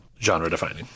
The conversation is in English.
genre-defining